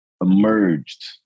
emerged